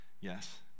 Yes